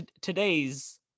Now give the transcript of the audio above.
today's